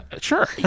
Sure